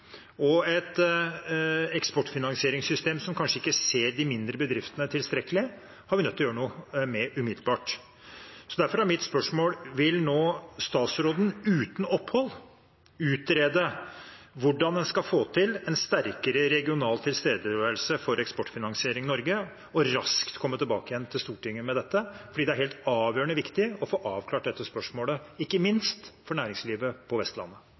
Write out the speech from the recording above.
og et eksportfinansieringssystem som kanskje ikke tilstrekkelig ser de mindre bedriftene, er vi nødt til å gjøre noe mer umiddelbart. Derfor er mitt spørsmål: Vil statsråden nå, uten opphold, utrede hvordan en skal få til en sterkere regional tilstedeværelse for Eksportfinansiering Norge og raskt komme tilbake igjen til Stortinget med dette? Det vil være avgjørende viktig å få avklart dette spørsmålet, ikke minst for næringslivet på Vestlandet.